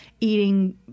eating